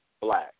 black